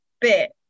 bit